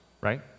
right